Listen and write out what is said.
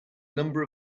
number